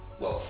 whoa.